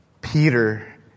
Peter